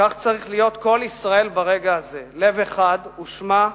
כך צריך להיות כל ישראל ברגע הזה, לב אחד, וּשְמע,